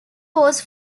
was